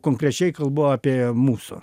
konkrečiai kalbu apie mūsų